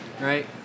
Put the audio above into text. right